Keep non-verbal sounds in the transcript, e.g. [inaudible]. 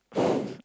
[breath]